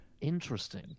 Interesting